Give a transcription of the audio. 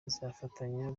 bazafatanya